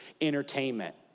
entertainment